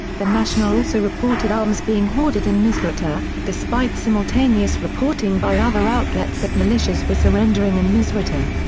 the national also reported arms being hoarded in misrata, despite simultaneous reporting by other outlets that militias were surrendering in misrata.